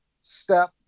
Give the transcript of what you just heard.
step